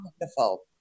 wonderful